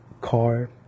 car